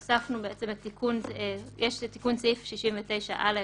יש תיקון סעיף 69א,